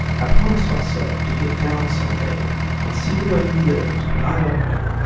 i promised myself to get down some day and see the way you lived, but i don't know!